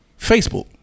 Facebook